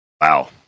Wow